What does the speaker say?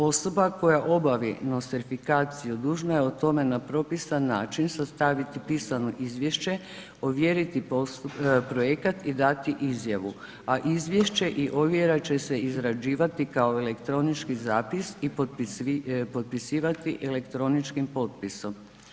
Osoba koja obavi nostrifikaciju, dužna je o tome na propisan način sastaviti pisano izvješće, ovjeriti projekat i dati izjavu, a izvješće i ovjera će se izrađivati kao elektronički zapis i potpisivati elektroničkim potpisom.